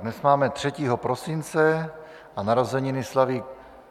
Dnes máme 3. prosince a narozeniny slaví